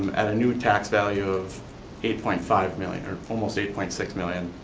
at a new tax value of eight point five million or almost eight point six million.